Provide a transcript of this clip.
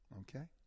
Okay